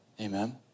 Amen